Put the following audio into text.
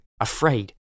afraid